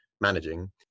managing